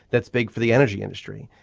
that's big for the energy industry.